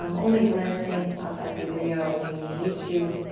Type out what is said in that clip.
um only glancing up at the video when you need to,